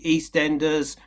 EastEnders